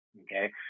Okay